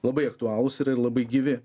labai aktualūs ir labai gyvi